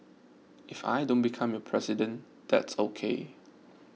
if I don't become your president that's okay